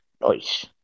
Nice